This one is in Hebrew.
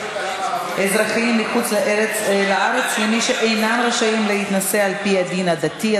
אזרחיים בחוץ-לארץ למי שאינם רשאים להינשא על-פי הדין הדתי,